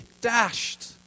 dashed